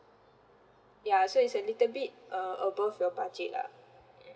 ya so it's a little bit uh above your budget lah mm